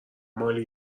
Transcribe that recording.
مالی